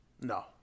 No